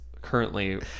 currently